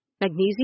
Magnesium